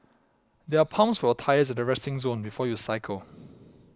there are pumps for your tyres at the resting zone before you cycle